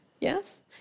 Yes